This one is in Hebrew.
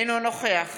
אינו נוכח